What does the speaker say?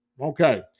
Okay